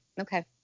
Okay